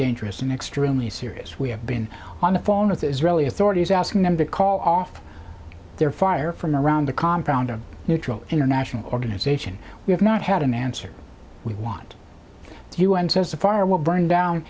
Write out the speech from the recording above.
dangerous and extremely serious we have been on the phone with israeli authorities asking them to call off their fire from around the compound a neutral international organization we have not had an answer we want the un says the farmer will bring down